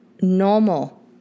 normal